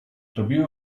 robiły